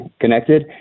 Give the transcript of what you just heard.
connected